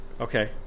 Okay